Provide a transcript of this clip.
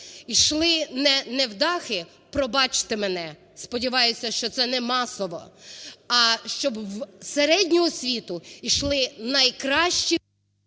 йшли не невдахи, пробачте мене, сподіваюся, що це не масово, а щоб в середню освіту йшли найкращі…